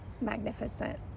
magnificent